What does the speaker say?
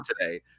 today